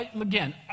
again